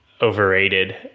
overrated